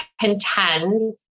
contend